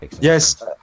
Yes